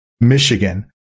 Michigan